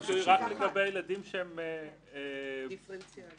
הרב מקצועי הוא רק לגבי ילדים שהם לא דיפרנציאלי.